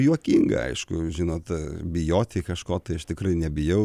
juokinga aišku žinot bijoti kažko tai aš tikrai nebijau